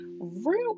Real